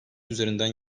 üzerinden